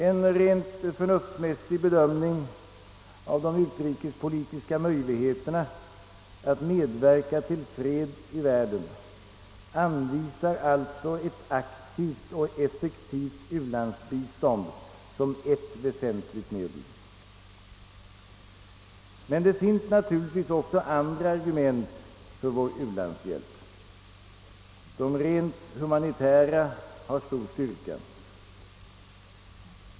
En rent förnuftsmässig bedömning av de utrikespolitiska möjligheterna ätt medverka till fred i världen anvisar alltså ett aktivt och effektivt u-landsbistånd som ett väsentligt medel. Men det finns naturligtvis också andra argument för vår u-landshjälp. De rent humanitära har stor styrka.